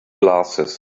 glasses